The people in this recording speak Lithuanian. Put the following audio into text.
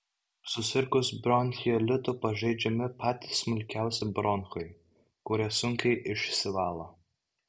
susirgus bronchiolitu pažeidžiami patys smulkiausi bronchai kurie sunkiai išsivalo